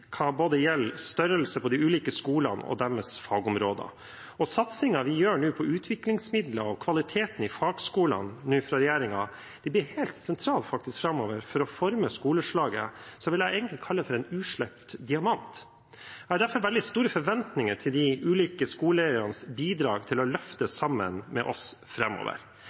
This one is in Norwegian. hva gjelder både størrelse på de ulike skolene og deres fagområder. Satsingen regjeringen nå gjør på utviklingsmidler og kvalitet i fagskolene, blir helt sentral framover for å forme skoleslaget, som jeg egentlig vil kalle for en uslepen diamant. Jeg har derfor veldig store forventninger til de ulike skoleeiernes bidrag til å løfte sammen med oss